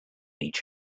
each